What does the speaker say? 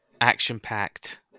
action-packed